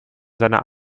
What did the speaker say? seiner